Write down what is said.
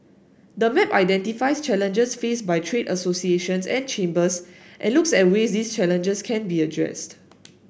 the map identifies challenges faced by trade associations and chambers and looks at ways these challenges can be addressed